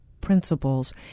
principles